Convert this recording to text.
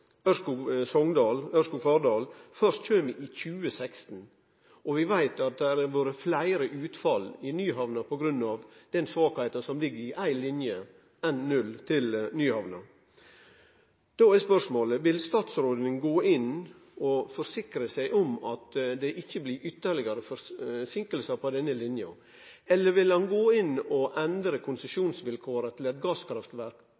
i 2016, og vi veit at det har vore fleire utfall i Nyhamna på grunn av den svakheita som ligg i ei linje, N-0, til Nyhamna, er spørsmåla: Vil statsråden gå inn og forsikre seg om at det ikkje blir ytterlegare forseinkingar på denne linja? Eller vil han gå inn og endre konsesjonsvilkåra til eit gasskraftverk